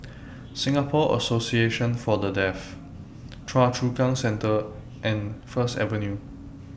Singapore Association For The Deaf Choa Chu Kang Central and First Avenue